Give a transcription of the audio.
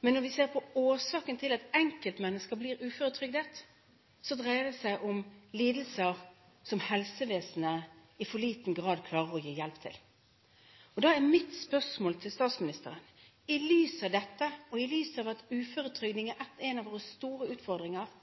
Men når vi ser på årsaken til at enkeltmennesker blir uføretrygdet, dreier det seg om lidelser som helsevesenet i for liten grad klarer å gi hjelp til. Da er mitt spørsmål til statsministeren: Mener statsministeren – i lys av dette og i lys av at uføretrygd er en av våre store utfordringer